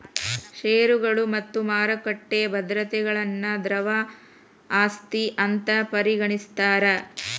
ಷೇರುಗಳು ಮತ್ತ ಮಾರುಕಟ್ಟಿ ಭದ್ರತೆಗಳನ್ನ ದ್ರವ ಆಸ್ತಿ ಅಂತ್ ಪರಿಗಣಿಸ್ತಾರ್